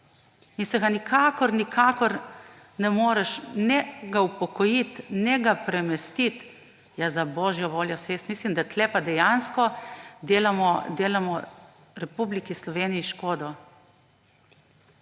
in se ga nikakor …, nikakor ne moreš ga upokojiti, ne ga premestiti, ja, za božjo voljo, saj jaz mislim, da tukaj pa dejansko delamo Republiki Sloveniji škodo.